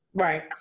Right